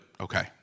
okay